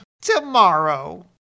Tomorrow